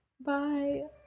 Bye